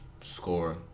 score